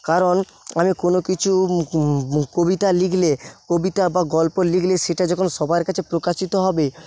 কারণ আমি কোনো কিছু কবিতা লিখলে কবিতা বা গল্প লিখলে সেটা যখন সবার কাছে প্রকাশিত হবে